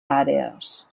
àrees